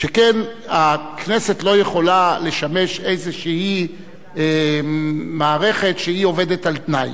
שכן הכנסת לא יכולה לשמש איזו מערכת שעובדת על-תנאי,